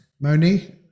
Moni